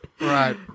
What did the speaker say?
Right